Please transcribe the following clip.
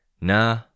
Nah